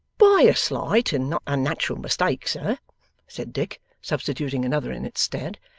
by a slight and not unnatural mistake, sir said dick, substituting another in its stead,